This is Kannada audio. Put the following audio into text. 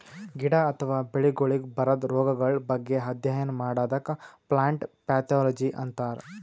ಗಿಡ ಅಥವಾ ಬೆಳಿಗೊಳಿಗ್ ಬರದ್ ರೊಗಗಳ್ ಬಗ್ಗೆ ಅಧ್ಯಯನ್ ಮಾಡದಕ್ಕ್ ಪ್ಲಾಂಟ್ ಪ್ಯಾಥೊಲಜಿ ಅಂತರ್